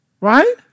Right